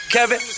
Kevin